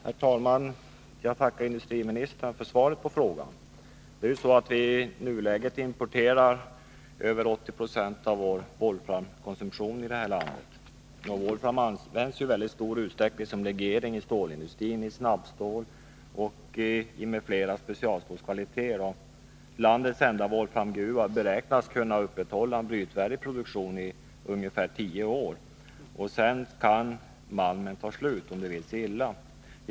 Herr talman! Jag tackar industriministern för svaret på frågan. Det är så att vi i nuläget importerar över 80 96 av vår volframkonsumtion i det här landet. Volfram används i väldigt stor utsträckning som legering inom stålindustrin i snabbstål m.fl. specialstålskvaliteter. Landets enda volframgruva beräknas kunna upprätthålla en brytvärdig produktion i ungefär tio år. Sedan kan malmen ta slut om det vill sig illa.